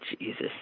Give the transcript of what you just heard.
Jesus